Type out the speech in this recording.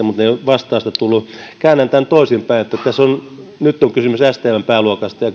mutta ei ole vastausta tullut käännän tämän toisinpäin nyt on kysymys stmn pääluokasta ja